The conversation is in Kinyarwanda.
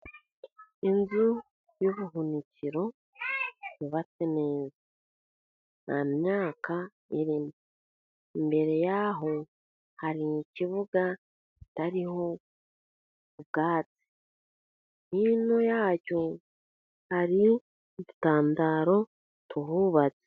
Inzu y'ubuhunikiro yubatse neza nta myaka irimo, imbere yaho hari ikibuga kitariho ubwatsi, hino yacyo hari itandaro tububatse.